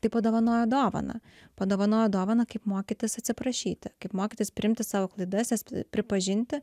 tai padovanoju dovaną padovanoju dovaną kaip mokytis atsiprašyti kaip mokytis priimti savo klaidas jas pripažinti